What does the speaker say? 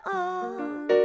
on